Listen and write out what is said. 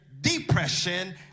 depression